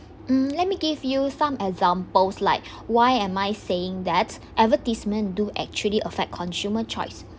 mm let me give you some examples like why am I saying that advertisement do actually affect consumer choice